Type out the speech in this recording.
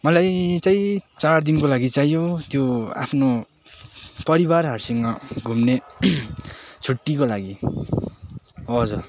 मलाई चाहिँ चारदिनको लागि चाहियो त्यो आफ्नो परिवारहरूसँग घुम्ने छुट्टीको लागि हजुर